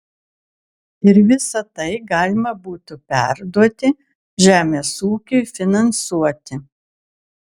ir visa tai galima būtų perduoti žemės ūkiui finansuoti